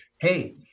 hey